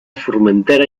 formentera